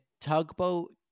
tugboat